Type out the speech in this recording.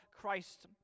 Christ